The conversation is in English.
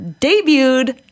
debuted